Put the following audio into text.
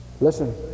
Listen